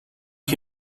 que